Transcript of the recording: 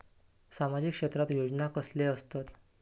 सामाजिक क्षेत्रात योजना कसले असतत?